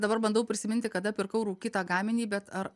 dabar bandau prisiminti kada pirkau rūkytą gaminį bet ar